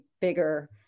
bigger